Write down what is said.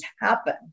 happen